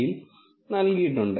യിൽ നൽകിയിട്ടുണ്ട്